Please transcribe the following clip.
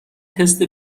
تست